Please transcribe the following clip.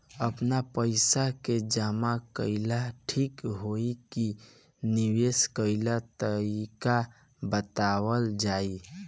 आपन पइसा के जमा कइल ठीक होई की निवेस कइल तइका बतावल जाई?